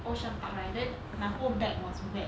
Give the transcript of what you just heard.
ocean park right then my whole bag was wet